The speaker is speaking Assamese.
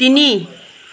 তিনি